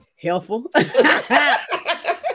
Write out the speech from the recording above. helpful